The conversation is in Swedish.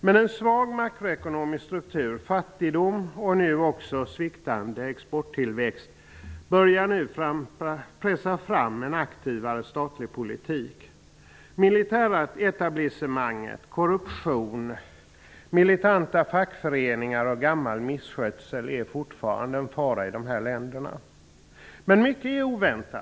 Men en svag makroekonomisk struktur, fattigdom och nu också sviktande exporttillväxt börjar nu att pressa fram en aktivare statlig politik. Militäretablissemanget, korruption, militanta fackföreningar och gammal misskötsel är fortfarande faror i dessa länder. Mycket är oväntat.